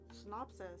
synopsis